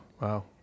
Wow